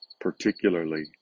particularly